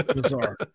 Bizarre